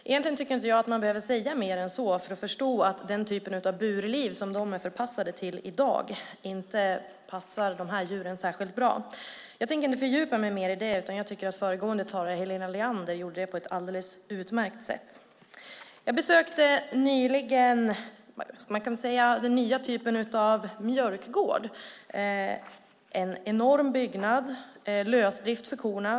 Egentligen tycker inte jag att man behöver säga mycket mer än så för att förstå att den typ av burliv minkarna är förpassade till i dag inte passar dem särskilt bra. Jag tänker dock inte fördjupa mig mer i detta då jag tycker att föregående talare, Helena Leander, gjorde det på ett alldeles utmärkt sätt. Jag besökte nyligen den nya typen av mjölkgård. Det är en enorm byggnad med lösdrift för korna.